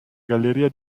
galleria